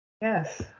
Yes